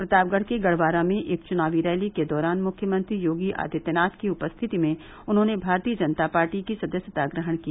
प्रतापगढ़ के गड़वारा में एक चुनावी रैली के दौरान मुख्यमंत्री योगी आदित्यनाथ की उपस्थिति में उन्होंने भारतीय जनता पार्टी की सदस्यता ग्रहण की